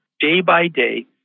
day-by-day